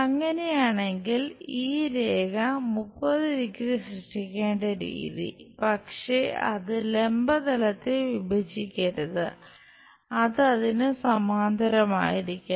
അങ്ങനെയാണെങ്കിൽ ഈ രേഖ 30 ഡിഗ്രി സൃഷ്ടിക്കേണ്ട രീതി പക്ഷെ അത് ലംബ തലത്തെ വിഭജിക്കരുത് അത് അതിന് സമാന്തരമായിരിക്കണം